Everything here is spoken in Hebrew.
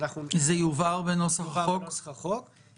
זה יובהר בנוסח החוק?